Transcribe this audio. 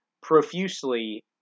profusely